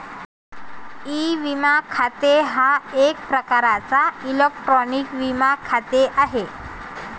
E विमा खाते हा एक प्रकारचा इलेक्ट्रॉनिक विमा खाते आहे